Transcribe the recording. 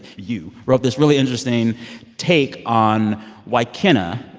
you wrote this really interesting take on why kenna,